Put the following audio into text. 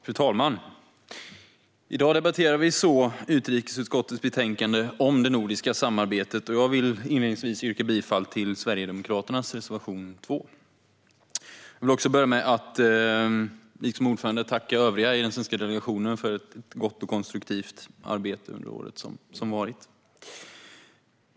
Fru talman! I dag debatterar vi utrikesutskottets betänkande om det nordiska samarbetet. Jag vill inledningsvis yrka bifall till Sverigedemokraternas reservation 2. Liksom ordföranden vill jag börja med att tacka övriga i den svenska delegationen för ett gott och konstruktivt arbete under det år som varit.